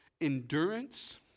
endurance